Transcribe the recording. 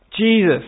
Jesus